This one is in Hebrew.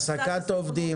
העסקת עובדים